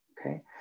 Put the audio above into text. okay